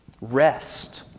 Rest